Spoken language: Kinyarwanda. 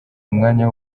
umwanya